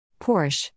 Porsche